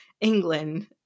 england